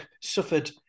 suffered